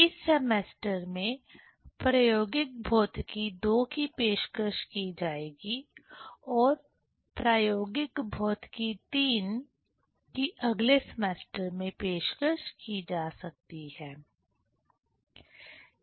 इस सेमेस्टर में प्रायोगिक भौतिकी II की पेशकश की जाएगी और प्रायोगिक भौतिकी III की अगले सेमेस्टर में पेशकश की जा सकती है